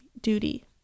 duty